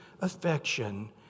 affection